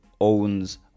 owns